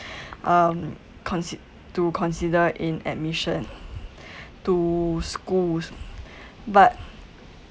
um consi~ to consider in admission to schools but